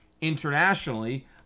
internationally